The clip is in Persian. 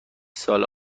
سال